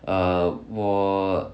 err 我